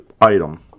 item